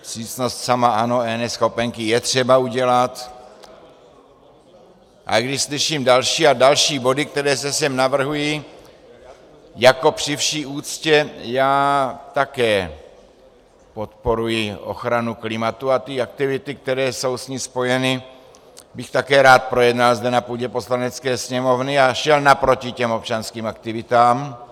Vstřícnost sama, ano, ale neschopenky je třeba udělat, ale když slyším další a další body, které se sem navrhují, při vší úctě já také podporuji ochranu klimatu a aktivity, které jsou s tím spojeny, bych také rád projednal zde na půdě Poslanecké sněmovny a šel naproti těm občanským aktivitám.